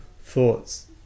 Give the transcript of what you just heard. thoughts